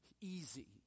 easy